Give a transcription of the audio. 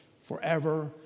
forever